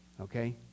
okay